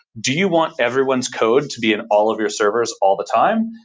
do you want everyone's code to be in all of your servers all the time?